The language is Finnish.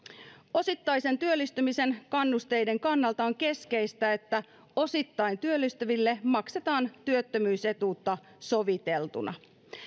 osittaisen työllistymisen kannusteiden kannalta on keskeistä että osittain työllistyville maksetaan työttömyysetuutta soviteltuna